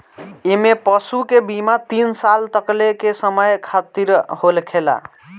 इमें पशु के बीमा तीन साल तकले के समय खातिरा होखेला